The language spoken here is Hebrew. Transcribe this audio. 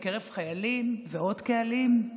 בקרב חיילים ועוד קהלים,